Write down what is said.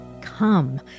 come